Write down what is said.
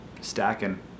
stacking